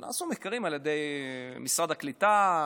נעשו מחקרים על ידי משרד הקליטה,